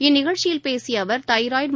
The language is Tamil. இந்நிகழ்ச்சியில் பேசிய அவர் தைராய்டு